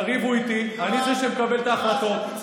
תריבו איתי, אני זה שמקבל את ההחלטות.